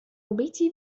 بيتي